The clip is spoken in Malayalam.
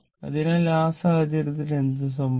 അതിനാൽ ആ സാഹചര്യത്തിൽ എന്ത് സംഭവിക്കും